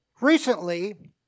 Recently